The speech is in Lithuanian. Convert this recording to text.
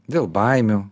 dėl baimių